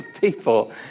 people